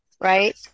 right